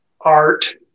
art